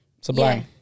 Sublime